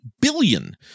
billion